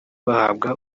bahabwa